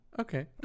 okay